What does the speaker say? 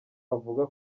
avuga